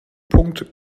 punkt